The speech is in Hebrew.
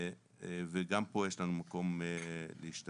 וגם פה יש לנו מקום להשתפר.